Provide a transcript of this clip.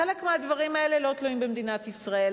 חלק מהדברים האלה לא תלויים במדינת ישראל.